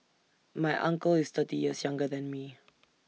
my uncle is thirty years younger than me